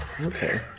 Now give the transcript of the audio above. Okay